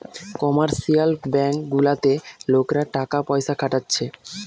commercial bank গুলাতে লোকরা টাকা পয়সা খাটাচ্ছে